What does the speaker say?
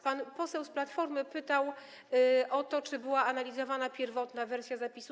Pan poseł z Platformy pytał o to, czy była analizowana pierwotna wersja zapisu.